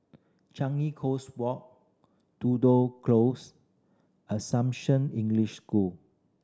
Changi Coast Walk Tudor Close Assumption English School